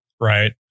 Right